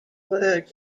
were